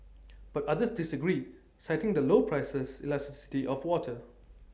but others disagree citing the low price elasticity of water